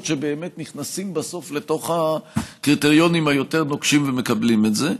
שבאמת נכנסים בסוף לתוך הקריטריונים היותר-נוקשים ומקבלים את זה,